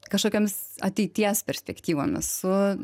kažkokiomis ateities perspektyvomis su